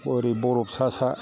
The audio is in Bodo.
हरै बरफ सा सा